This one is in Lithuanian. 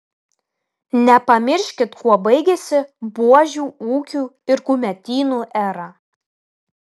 nepamirškit kuo baigėsi buožių ūkių ir kumetynų era